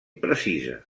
precisa